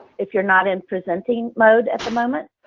if you're not in presenting mode at the moment.